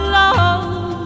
love